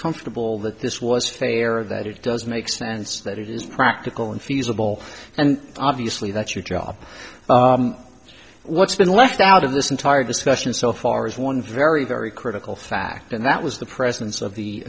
comfortable that this was fair that it does make sense that it is practical and feasible and obviously that's your job so what's been left out of this entire discussion so far is one very very critical fact and that was the presence of the